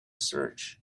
search